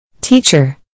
Teacher